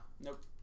nope